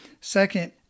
Second